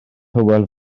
hywel